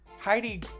Heidi